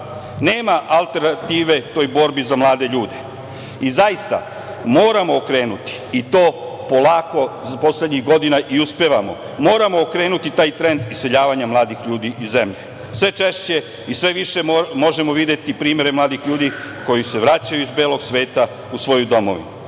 Nema alternative u borbi za mlade ljude. Zaista moramo okrenuti i to polako poslednjih godina i uspevamo, taj trend iseljavanja mladih ljudi iz zemlje. Sve češće i sve više možemo videti primere mladih ljudi koji se vraćaju iz belog sveta u svoju domovinu